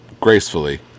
gracefully